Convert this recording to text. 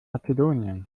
mazedonien